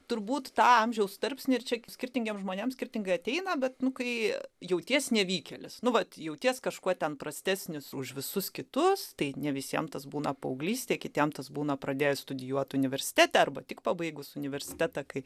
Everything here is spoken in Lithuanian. turbūt tą amžiaus tarpsnį ir čia skirtingiems žmonėms skirtingai ateina bet nu kai jauties nevykėlis nu vat jauties kažkuo ten prastesnis už visus kitus tai ne visiem tas būna paauglystėj kitiem tas būna pradėjus studijuot universitete arba tik pabaigus universitetą kai